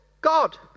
God